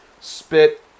spit